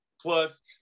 plus